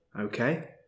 Okay